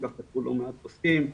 כך כתבו לא מעט פוסקים,